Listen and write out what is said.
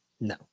no